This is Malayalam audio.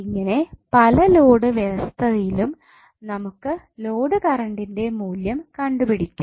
ഇങ്ങനെ പല ലോഡ് വ്യവസ്ഥിതിയിലും നമുക്ക് ലോഡ് കറണ്ടിന്റെ മൂല്യം കണ്ടുപിടിക്കാം